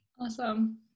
Awesome